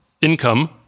income